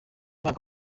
mwaka